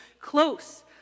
close